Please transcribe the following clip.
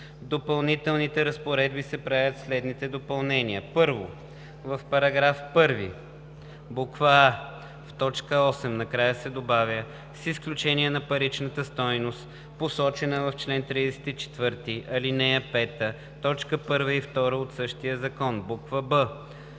допълнителните разпоредби се правят следните допълнения: